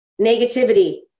negativity